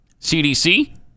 CDC